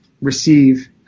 receive